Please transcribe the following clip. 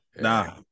Nah